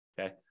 Okay